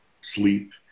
sleep